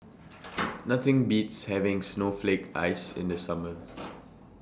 Nothing Beats having Snowflake Ice in The Summer